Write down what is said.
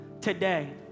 today